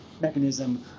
mechanism